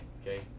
okay